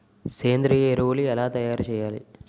సేంద్రీయ ఎరువులు ఎలా తయారు చేయాలి?